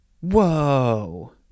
whoa